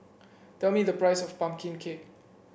tell me the price of pumpkin cake